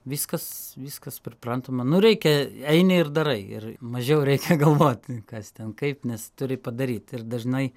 viskas viskas priprantama nu reikia eini ir darai ir mažiau reikia galvot kas ten kaip nes turi padaryt ir dažnai